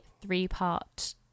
three-part